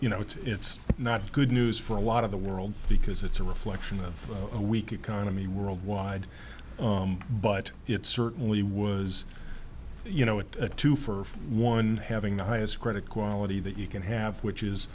you know it's not good news for a lot of the world because it's a reflection of a weak economy worldwide but it certainly was you know a two for one having the highest credit quality that you can have which is